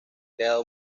creado